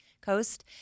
Coast